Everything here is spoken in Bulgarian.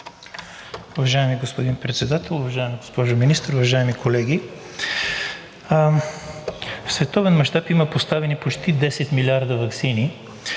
Уважаеми господин Председател, уважаема госпожо Министър, уважаеми колеги! В световен мащаб има поставени почти 10 милиарда ваксини,